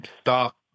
stop